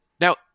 Now